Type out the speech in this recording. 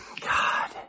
God